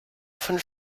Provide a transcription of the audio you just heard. von